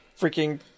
freaking